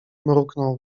mruknął